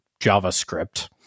JavaScript